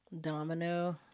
Domino